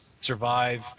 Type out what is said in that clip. survive